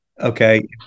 Okay